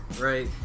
right